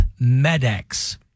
Medex